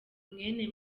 mwene